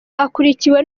akurikiwe